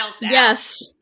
yes